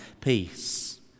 peace